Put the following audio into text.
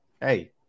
hey